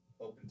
open